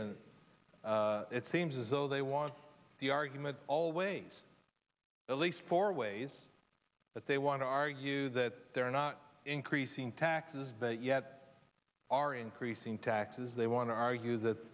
and it seems as though they want the argument always at least four ways that they want to argue that they're not increasing taxes but yet are increasing taxes they want to argue that